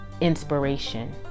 inspiration